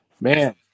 man